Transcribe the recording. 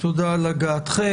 תודה על הגעתכם.